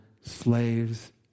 slaves